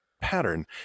pattern